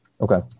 Okay